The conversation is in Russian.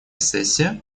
сессия